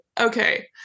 okay